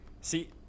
See